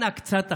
אנא, קצת אחריות.